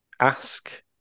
Ask